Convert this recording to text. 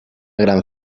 gran